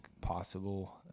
possible